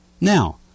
Now